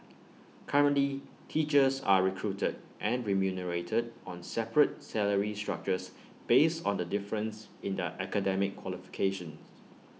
currently teachers are recruited and remunerated on separate salary structures based on the difference in their academic qualifications